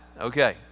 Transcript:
Okay